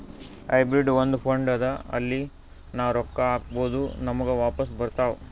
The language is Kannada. ಹೈಬ್ರಿಡ್ ಒಂದ್ ಫಂಡ್ ಅದಾ ಅಲ್ಲಿ ನಾವ್ ರೊಕ್ಕಾ ಹಾಕ್ಬೋದ್ ನಮುಗ ವಾಪಸ್ ಬರ್ತಾವ್